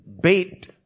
bait